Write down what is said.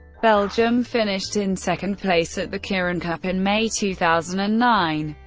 belgium finished in second place at the kirin cup in may two thousand and nine,